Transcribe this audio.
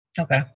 Okay